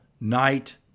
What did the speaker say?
night